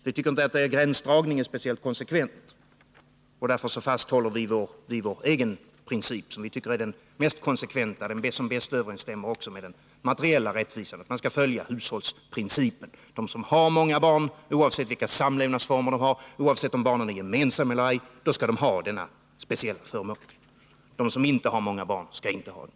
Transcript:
Vi tycker inte att gränsdragningen är speciellt konsekvent, och därför fasthåller vi vid vår egen princip, som vi anser är den mest konsekventa och den som bäst överensstämmer också med den materiella rättvisan, nämligen att man skall följa hushållsprincipen. De som har många barn skall, oavsett samlevnadsform och oavsett om barnen är gemensamma eller ej, ha denna speciella förmån. De som inte har många barn skall inte ha den.